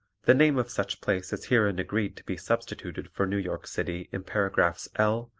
the name of such place is herein agreed to be substituted for new york city in paragraphs l,